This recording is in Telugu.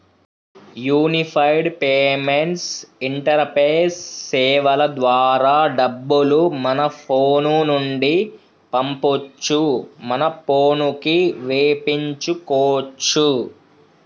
యూనిఫైడ్ పేమెంట్స్ ఇంటరపేస్ సేవల ద్వారా డబ్బులు మన ఫోను నుండి పంపొచ్చు మన పోనుకి వేపించుకోచ్చు